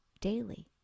daily